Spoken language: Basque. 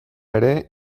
ere